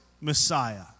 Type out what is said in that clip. Messiah